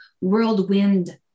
whirlwind